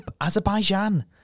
Azerbaijan